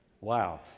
wow